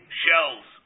shells